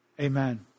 amen